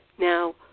Now